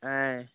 ఆయ్